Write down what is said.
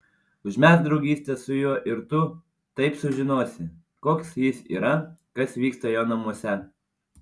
užmegzk draugystę su juo ir tu taip sužinosi koks jis yra kas vyksta jo namuose